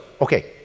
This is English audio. okay